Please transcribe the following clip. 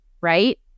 right